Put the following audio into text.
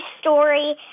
story